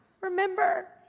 Remember